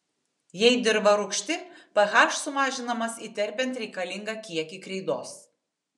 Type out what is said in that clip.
jei dirva rūgšti ph sumažinamas įterpiant reikalingą kiekį kreidos